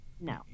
No